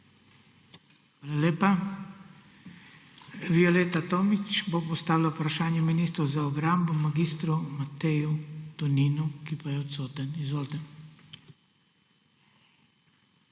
Hvala lepa. Violeta Tomić bo postavila vprašanje ministru za obrambo, mag. Mateju Toninu, ki pa je odstoten. Izvolite. **VIOLETA